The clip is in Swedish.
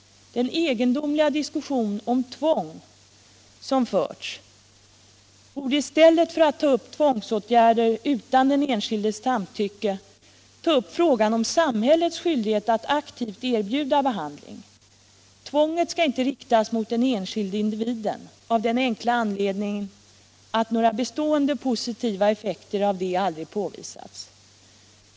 Den egendomliga diskussion om tvång som förts borde i stället för att ta upp frågan om tvångsåtgärder utan den enskildes samtycke ta upp frågan om samhällets skyldighet att aktivt erbjuda behandling. Tvånget skall inte riktas mot den enskilde individen av den enkla anledningen att några bestående positiva effekter av tvång aldrig påvisats.